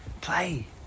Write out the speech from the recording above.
Play